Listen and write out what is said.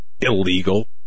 illegal